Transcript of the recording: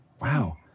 wow